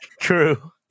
true